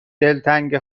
دلتنگ